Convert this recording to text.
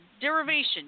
Derivation